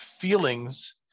feelings